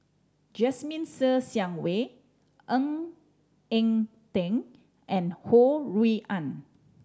Jasmine Ser Xiang Wei Ng Eng Teng and Ho Rui An